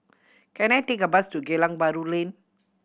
can I take a bus to Geylang Bahru Lane